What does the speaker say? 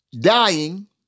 dying